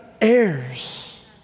heirs